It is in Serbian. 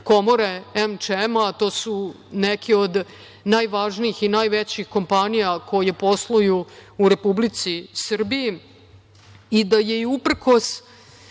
komore AmChame, a to su neke od najvažnijih i najvećih kompanija koje posluju u Republici Srbiji i da je uprkos